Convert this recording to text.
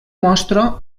mostra